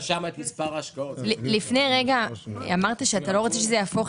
אבל לפני רגע אמרת שאתה לא רוצה שזה יהפוך